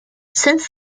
since